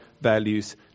values